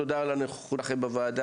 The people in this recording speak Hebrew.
תודה על הנוכחות שלכם בוועדה.